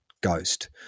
ghost